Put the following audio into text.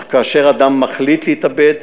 אך כאשר אדם מחליט להתאבד,